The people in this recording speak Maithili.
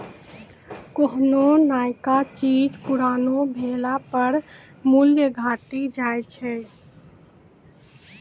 कोन्हो नयका चीज पुरानो भेला पर मूल्य घटी जाय छै